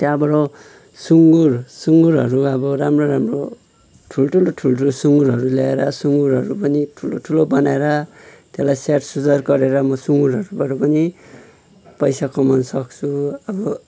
त्यहाँबाट सुँगुर सुँगुरहरू अब राम्रो राम्रो ठुल्ठुलो ठुल्ठुलो सुँगुरहरू ल्याएर सुँगुरहरू पनि ठुलो ठुलो बनाएर त्यसलाई स्याहार सुसार गरेर म सुँगुरहरूबाट पनि पैसा कमाउनु सक्छु अब